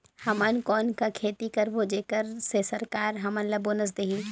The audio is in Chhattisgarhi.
हमन कौन का खेती करबो जेकर से सरकार हमन ला बोनस देही?